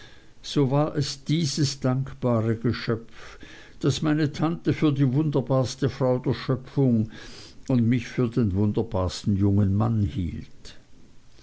so war es dieses dankbare geschöpf das meine tante für die wunderbarste frau der schöpfung und mich für den wunderbarsten jungen mann hielt